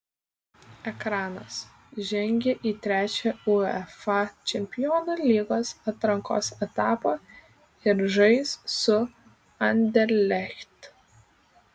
ekranas žengė į trečią uefa čempionų lygos atrankos etapą ir žais su anderlecht